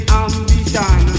ambition